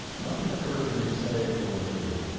nothing occurred to me to say or do.